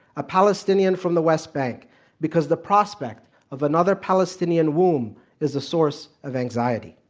a palestinian from the west bank because the prospect of another palestinian womb is a source of anxiety.